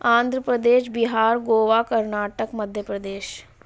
Andhra Pradesh Bihar Goa Karnataka Madhya Pradesh